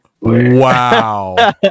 Wow